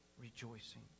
rejoicing